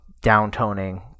downtoning